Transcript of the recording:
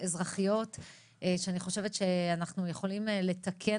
אזרחיות שאני חושבת שאנחנו יכולים לתקן.